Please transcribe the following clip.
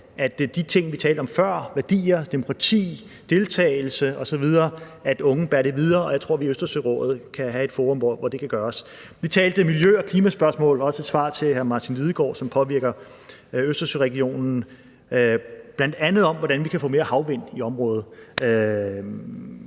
til de ting, vi talte om før – værdier, demokrati, deltagelse osv. – at unge bærer det videre, og jeg tror, vi i Østersørådet kan have et forum, hvor det kan gøres. Vi talte miljø og klimaspørgsmål – og det er også et svar til hr. Martin Lidegaard – som påvirker Østersøregionen, bl.a. om, hvordan vi kan få mere energi fra havvind i området,